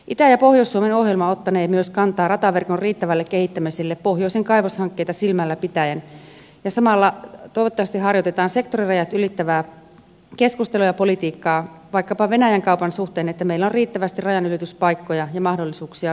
itä ja pohjois suomen ohjelma ottanee kantaa myös rataverkon riittävään kehittämiseen pohjoisen kaivoshankkeita silmällä pitäen ja samalla toivottavasti harjoitetaan sektorirajat ylittävää keskustelua ja politiikkaa vaikkapa venäjän kaupan suhteen niin että meillä on riittävästi rajanylityspaikkoja ja mahdollisuuksia vientiin